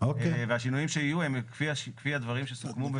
והשינויים שיהיו הם כפי הדברים שסוכמו.